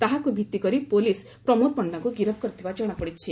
ତାହାକୁ ଭିଭି କରି ପୋଲିସ ପ୍ରମୋଦ ପଣ୍ଢାଙ୍କୁ ଗିରଫ କରିଥିବା ଜଣାପଡିଛି